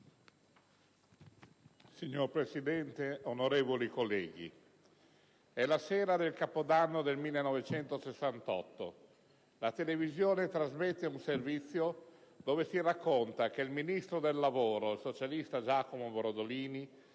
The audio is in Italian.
Signora Presidente, onorevoli colleghi, è la sera del Capodanno del 1968, la televisione trasmette un servizio in cui si racconta che il Ministro del lavoro, il socialista Giacomo Brodolini,